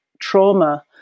trauma